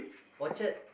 orchard